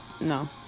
No